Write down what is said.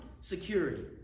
security